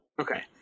okay